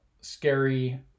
scary